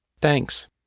Thanks